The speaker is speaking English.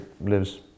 lives